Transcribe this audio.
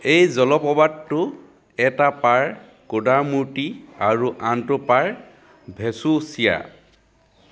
এই জলপ্ৰপাতটোৰ এটা পাৰ কুডামুৰট্টি আৰু আনটো পাৰ ভেচুচিৰা